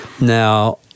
now